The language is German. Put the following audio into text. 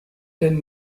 den